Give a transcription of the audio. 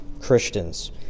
Christians